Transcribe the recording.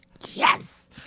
Yes